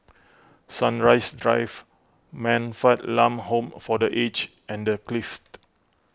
Sunrise Drive Man Fatt Lam Home for Aged and the Clift